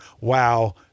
wow